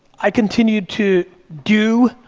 i continue to do,